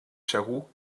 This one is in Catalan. segur